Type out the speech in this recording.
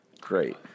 Great